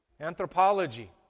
Anthropology